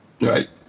Right